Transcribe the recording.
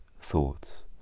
thoughts